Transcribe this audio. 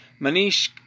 Manish